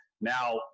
Now